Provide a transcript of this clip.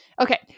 Okay